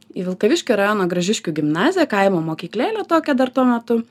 į vilkaviškio rajono gražiškių gimnaziją kaimo mokyklėlę tokią dar tuo metu